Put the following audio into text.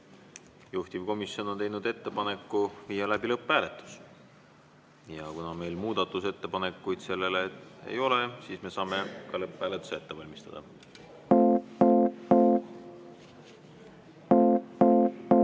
Juhtivkomisjon on teinud ettepaneku viia läbi lõpphääletus. Kuna meil muudatusettepanekuid ei ole, siis me saame ka lõpphääletuse ette valmistada. Austatud